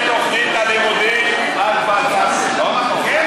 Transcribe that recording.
זה תוכנית הלימודים על כפר קאסם --- כן,